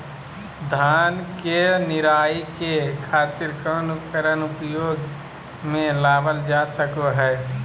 धान के निराई के खातिर कौन उपकरण उपयोग मे लावल जा सको हय?